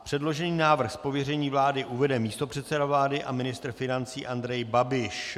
Předložený návrh z pověření vlády uvede místopředseda vlády a ministr financí Andrej Babiš.